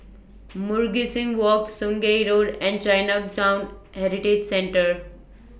Mugliston Walk Sungei Road and Chinatown Heritage Centre